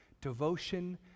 devotion